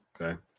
Okay